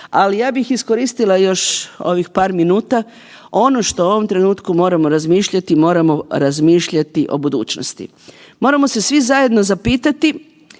Ali ja bih iskoristila još ovih par minuta. Ono što u ovom trenutku moramo razmišljati, moramo razmišljati o budućnosti. Moramo se svi zajedno zapitati